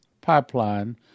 pipeline